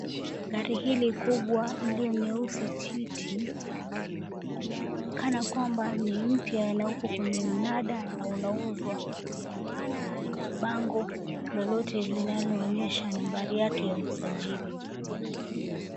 Gari hili kubwa iliyo nyeusi titi inaonekana kwamba ni mpya na uko kwenye mnada na unauzwa kwa maana haina bango lolote linaloonyesha nambari yake ya usajili.